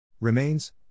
Remains